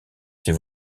c’est